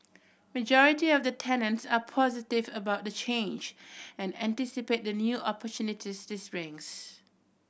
majority of the tenants are positive about the change and anticipate the new opportunities this brings